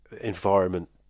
environment